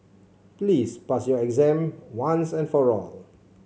please pass your exam once and for all